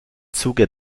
zuge